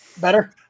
Better